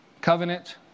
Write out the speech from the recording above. covenant